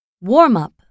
Warm-up